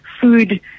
food